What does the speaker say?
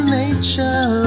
nature